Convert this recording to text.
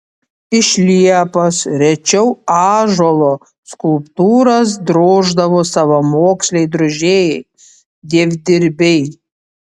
iš liepos rečiau ąžuolo skulptūras droždavo savamoksliai drožėjai dievdirbiai